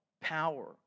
Power